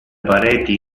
pareti